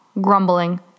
grumbling